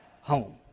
home